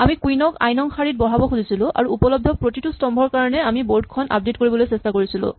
আমি কুইন ক আই নং শাৰীত বহাব খুজিছিলো আৰু উপলব্ধ প্ৰতিটো স্তম্ভৰ কাৰণে আমি বৰ্ড খন আপডেট কৰিবলৈ চেষ্টা কৰিছিলো